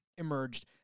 Emerged